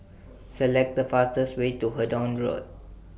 Select The fastest Way to Hendon Road